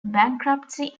bankruptcy